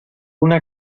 una